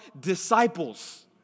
disciples